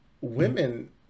women